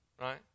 right